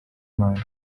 imana